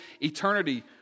eternity